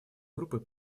группой